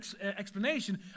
explanation